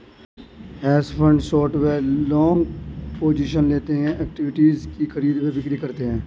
hedge fund short व long positions लेते हैं, इक्विटीज की खरीद व बिक्री करते हैं